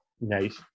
Nice